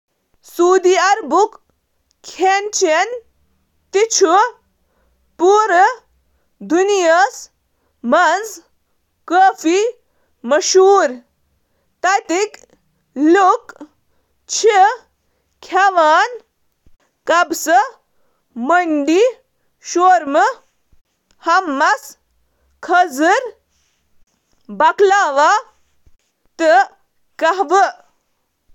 سعودی عربس منٛز رنٛنُن چھُ تِہنٛدِ مقٲمی عرب ثقافت تہٕ اسلٲمی ثقافت سۭتۍ متٲثر۔ مثال پٲٹھۍ، تاریخہٕ چھِ رمضان پتہٕ روزٕ توڑنٕچ روایتس سۭتۍ وابستہٕ۔ زِیٛادٕ تر کھیٚنٕکۍ چیٖز، یِتھ کٔنۍ زَن کٔنٕک، کھجور، گٮ۪و، ماز، گاڈٕ تہٕ سبزی چھِ مقٲمی طور پٲٹھۍ حٲصِل کرنہٕ یِوان۔